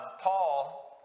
Paul